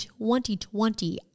2020